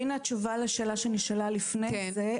והנה התשובה לשאלה שנשאלה לפני כן.